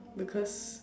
because